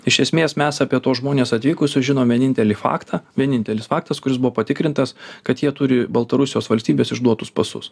iš esmės mes apie tuos žmones atvykusius žinom vienintelį faktą vienintelis faktas kuris buvo patikrintas kad jie turi baltarusijos valstybės išduotus pasus